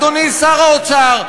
אדוני שר האוצר,